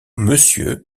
monsieur